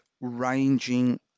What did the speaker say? ranging